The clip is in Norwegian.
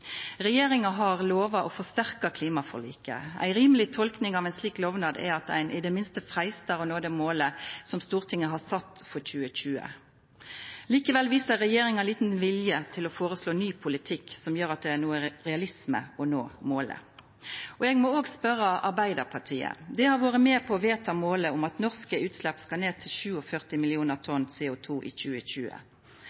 Regjeringa har lova å forsterka klimaforliket. Ei rimeleg tolking av ein slik lovnad er at ein i det minste freistar å nå det målet som Stortinget har sett for 2020. Likevel viser regjeringa liten vilje til å føreslå ny politikk som gjer det realistisk å nå målet. Eg må òg spørja Arbeidarpartiet, som har vore med på å vedta målet om at norske utslepp skal ned til 47 millionar